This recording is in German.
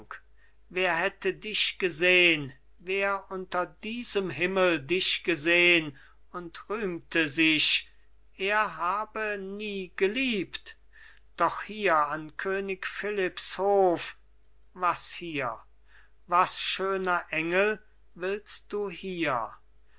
wer hätte dich gesehn wer unter diesem himmel dich gesehn und rühmte sich er habe nie geliebt doch hier an könig philipps hof was hier was schöner engel willst du hier